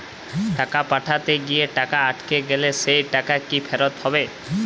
টাকা পাঠাতে গিয়ে টাকা আটকে গেলে সেই টাকা কি ফেরত হবে?